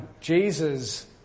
Jesus